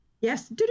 Yes